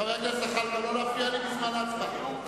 חבר הכנסת זחאלקה, לא להפריע לי בזמן ההצבעה.